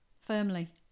Firmly